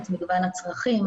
את מגוון הצרכים,